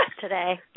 today